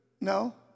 No